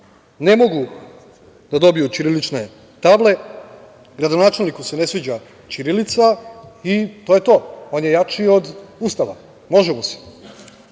ne mogu da dobiju ćirilične table, gradonačelniku se ne sviđa ćirilica i to je to. On je jači od Ustava, može mu